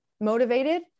motivated